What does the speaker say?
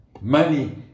Money